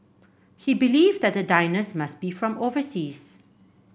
he believed that the diners must be from overseas